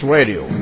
Radio